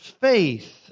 faith